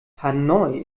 hanoi